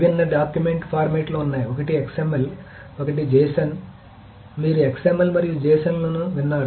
విభిన్న డాక్యుమెంట్ ఫార్మాట్లు ఉన్నాయి ఒకటి XML ఒకటి JSON మీరు XML మరియు JSON లను విన్నారు